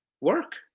work